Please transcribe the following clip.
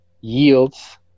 yields